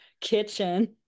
kitchen